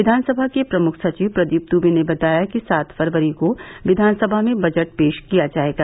विधानसभा के प्रमुख सचिव प्रदीप दुबे ने बताया कि सात फरवरी को विधानसभा में बजट पेश किया जायेगा